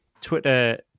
Twitter